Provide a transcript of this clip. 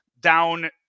down